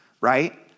right